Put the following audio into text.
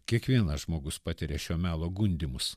kiekvienas žmogus patiria šio melo gundymus